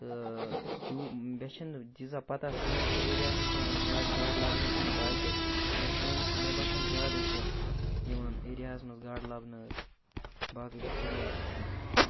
تہٕ تیوٗ مےٚ چھِنہٕ تیٖژاہ پَتہ سٲنۍسٕے ایریاہَس منٛز چھےٚ یِوان زیادٕ گاڈٕ لَبنہٕ کِنہٕ باقیَس مگر سٲنِس مےٚ باسان زیادَے چھےٚ یِوان ایریاہَس منٛز گاڈٕ لَبنہٕ حظ باقٕے شُکریہ